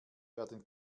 werden